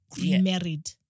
remarried